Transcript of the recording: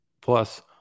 Plus